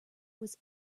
was